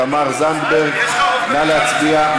התשע"ו 2016,